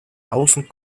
außen